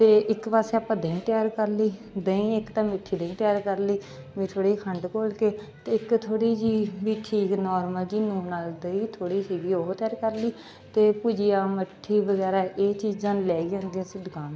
ਅਤੇ ਇੱਕ ਪਾਸੇ ਆਪਾਂ ਦਹੀਂ ਤਿਆਰ ਕਰ ਲਈ ਦਹੀਂ ਇੱਕ ਤਾਂ ਮਿੱਠੀ ਦਹੀਂ ਤਿਆਰ ਕਰ ਲਈ ਵੀ ਥੋੜ੍ਹੀ ਜਿਹੀ ਖੰਡ ਘੋਲ ਕੇ ਅਤੇ ਇੱਕ ਥੋੜ੍ਹੀ ਜਿਹੀ ਵੀ ਠੀਕ ਨੋਰਮਲ ਜਿਹੀ ਲੂਣ ਨਾਲ ਦਹੀਂ ਥੋੜ੍ਹੀ ਸੀਗੀ ਉਹ ਤਿਆਰ ਕਰ ਲਈ ਅਤੇ ਭੁਜੀਆ ਮੱਠੀ ਵਗੈਰਾ ਇਹ ਚੀਜ਼ਾਂ ਲੈ ਆਉਂਦੀਆਂ ਸੀ ਦੁਕਾਨ ਤੋਂ